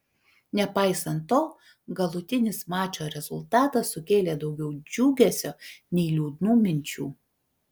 nepaisant to galutinis mačo rezultatas sukėlė daugiau džiugesio nei liūdnų minčių